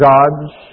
God's